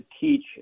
teach